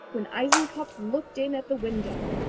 when eisenkopf looked in at the window.